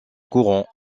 courant